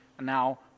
now